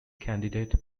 candidate